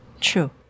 True